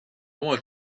want